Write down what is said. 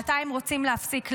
-- מתי הם רוצים להפסיק לעבוד.